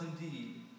indeed